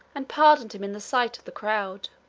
and pardoned him in the sight of the crowd.